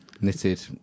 Knitted